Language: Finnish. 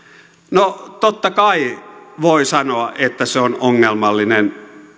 no totta kai voi sanoa että se on ongelmallinen